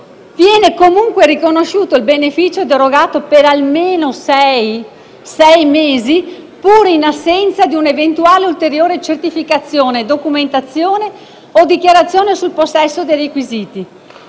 viene comunque riconosciuto il beneficio erogato per almeno sei mesi, pur in assenza di una eventuale ulteriore certificazione, documentazione o dichiarazione sul possesso dei requisiti.